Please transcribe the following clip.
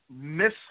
miss